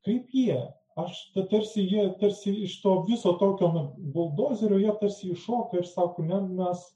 kaip jie aš tarsi jie tarsi iš to viso tokio na buldozerio jie tarsi iššoka iš sako ne mes